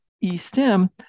E-STEM